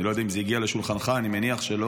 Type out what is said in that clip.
אני לא יודע אם זה הגיע לשולחנך, אני מניח שלא.